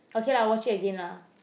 okay lah watch it again lah